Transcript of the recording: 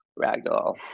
ragdoll